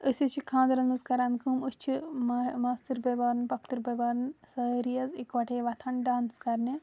أسۍ حظ چھِ خاندرَن منٛز کَران کٲم أسۍ چھِ ما ماستٕر بھٲے بھارٕنۍ پۄپھتٕرۍ بھٲے بھارٕنۍ سٲری حظ اِکووٹٔے وۄتھان ڈانٕس کَرنہِ